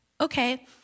okay